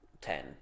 ten